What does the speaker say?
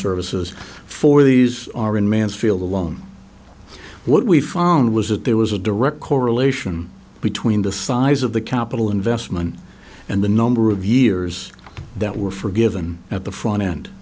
services for these are in mansfield alone what we found was that there was a direct correlation between the size of the capital investment and the number of years that were forgiven at the front end